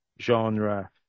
genre